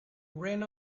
ran